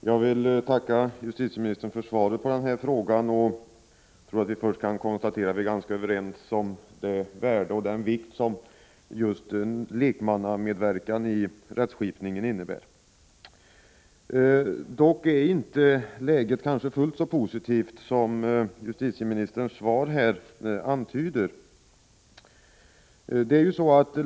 Herr talman! Jag vill tacka justitieministern för svaret på frågan. Jag tror att vi först kan konstatera att vi är överens om det värde som lekmannamed verkan i rättskipningen innebär. Dock är läget kanske inte fullt så positivt som justitieministerns svar antyder.